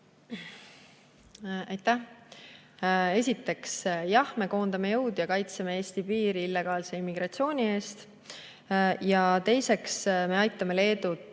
Aitäh! Esiteks, jah, me koondame jõud ja kaitseme Eesti piiri illegaalse immigratsiooni eest. Ja teiseks, me aitame Leedut